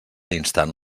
instant